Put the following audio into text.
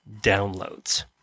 downloads